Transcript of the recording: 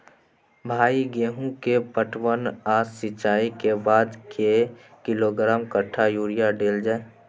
भाई गेहूं के पटवन आ सिंचाई के बाद कैए किलोग्राम कट्ठा यूरिया देल जाय?